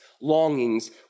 longings